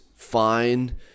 Fine